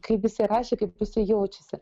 kaip jisai rašė kaip jisai jaučiasi